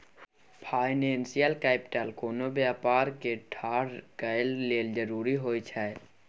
financial capital कोनो व्यापार के ठाढ़ करए लेल जरूरी होइ छइ